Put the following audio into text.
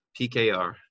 PKR